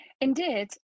indeed